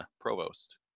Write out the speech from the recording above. Provost